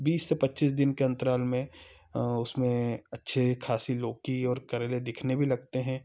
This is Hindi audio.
बीस से पच्चीस दिन के अंतराल में उसमें अच्छे खासी लौकी और करेले दिखने भी लगते हैं